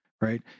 Right